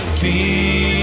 feel